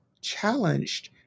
challenged